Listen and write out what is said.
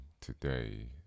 today